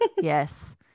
Yes